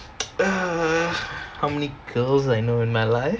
how many girls I know in my life